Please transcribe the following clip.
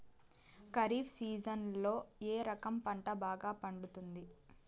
ఖరీఫ్ సీజన్లలో ఏ రకం పంట బాగా పండుతుంది